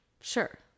Sure